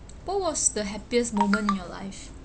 what was the happiest moment in your life